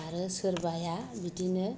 आरो सोरबाया बिदिनो